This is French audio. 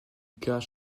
cas